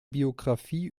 biografie